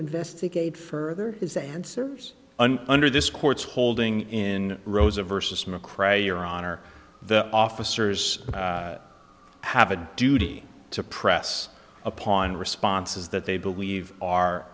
investigate further his answers and under this court's holding in rosa versus mcrae your honor the officers have a duty to press upon responses that they believe are